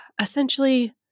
essentially